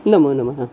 नमोनमः